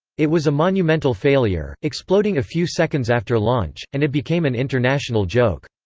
it was a monumental failure, exploding a few seconds after launch, and it became an international joke.